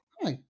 hi